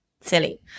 silly